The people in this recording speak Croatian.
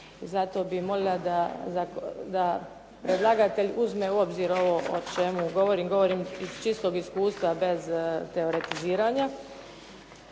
Zato bih molila da predlagatelj uzme u obzir ovo o čemu govorim, govorim iz čistog iskustva bez teoretiziranja.